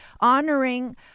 honoring